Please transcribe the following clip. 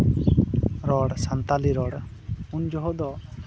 ᱨᱚᱲ ᱥᱟᱱᱛᱟᱲᱤ ᱨᱚᱲ ᱩᱱ ᱡᱚᱦᱚᱜ ᱫᱚ